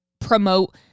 promote